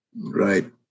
right